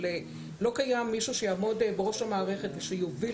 אבל לא קיים מישהו שיעמוד בראש המערכת ושיוביל